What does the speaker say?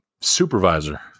supervisor